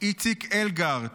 איציק אלגרט,